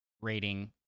rating